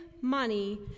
money